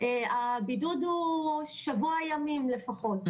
הבידוד הוא שבוע ימים לפחות.